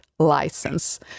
license